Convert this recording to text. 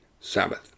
Sabbath